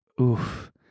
Oof